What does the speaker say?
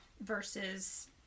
Versus